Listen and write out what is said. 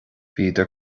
bhíodar